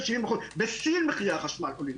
בסין מחירי החשמל עולים.